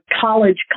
college